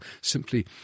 simply